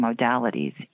modalities